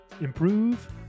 Improve